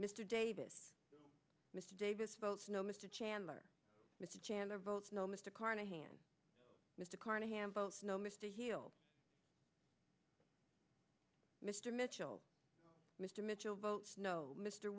mr davis mr davis votes no mr chandler mr chandler votes no mr carnahan mr carnahan votes no mr hill mr mitchell mr mitchell votes no mr